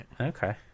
okay